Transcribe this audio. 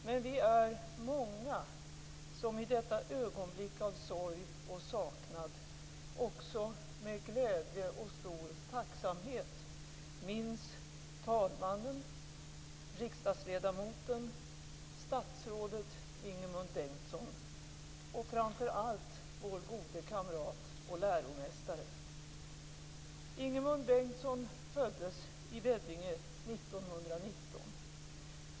Men vi är många som i detta ögonblick av sorg och saknad också med glädje och stor tacksamhet minns talmannen, riksdagsledamoten, statsrådet Ingemund Bengtsson och framför allt vår goda kamrat och läromästare.